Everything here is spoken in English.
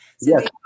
Yes